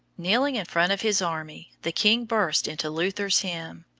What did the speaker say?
kneeling in front of his army, the king burst into luther's hymn,